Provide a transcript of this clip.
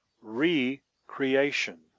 re-creation